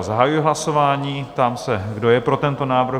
Zahajuji hlasování a ptám se, kdo je pro tento návrh?